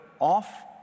off